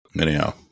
anyhow